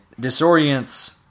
disorients